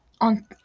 on